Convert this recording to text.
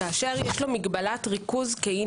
יש לו מגבלת ריכוז כאי